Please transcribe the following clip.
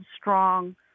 strong